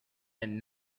and